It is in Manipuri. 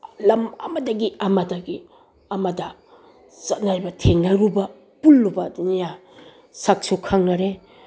ꯂꯝ ꯑꯃꯗꯒꯤ ꯑꯃꯗꯒꯤ ꯑꯃꯗ ꯆꯠꯅꯔꯤꯕ ꯊꯦꯡꯅꯔꯨꯕ ꯄꯨꯜꯂꯨꯕ ꯑꯗꯨꯅ ꯁꯛꯁꯨ ꯈꯪꯅꯔꯦ